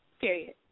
period